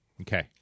okay